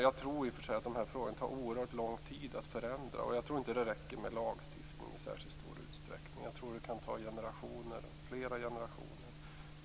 Jag tror i och för sig att det tar oerhört lång tid att förändra dessa frågor, och jag tror inte att lagstiftning räcker särskilt långt. Jag tror att det kan ta flera generationer.